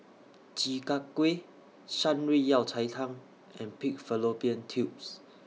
Chi Kak Kuih Shan Rui Yao Cai Tang and Pig Fallopian Tubes